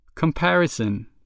Comparison